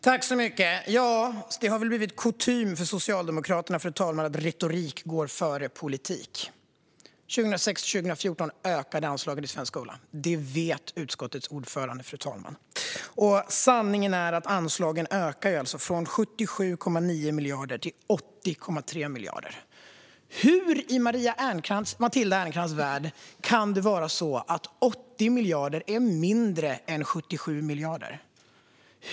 Fru talman! Det tycks ha blivit kutym för Socialdemokraterna att retorik går före politik. Mellan 2006 och 2014 ökade anslagen till svensk skola. Det vet utskottets ordförande, fru talman. Sanningen är att anslagen nu ökar från 77,9 miljarder till 80,3 miljarder. Hur kan 80 miljarder i Matilda Ernkrans värld vara mindre än 77 miljarder?